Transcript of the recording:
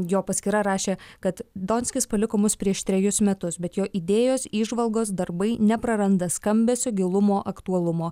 jo paskyra rašė kad donskis paliko mus prieš trejus metus bet jo idėjos įžvalgos darbai nepraranda skambesio gilumo aktualumo